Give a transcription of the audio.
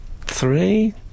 Three